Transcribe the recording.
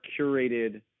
curated